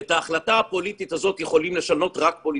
את ההחלטה הפוליטית יכולים לשנות רק פוליטיקאים.